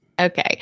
Okay